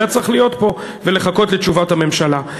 היה צריך להיות פה ולחכות לתשובת הממשלה.